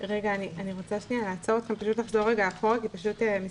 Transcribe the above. אני רוצה לרגע לעצור ולחזור אחורה כי אולי כדאי לשמוע את לילך וגנר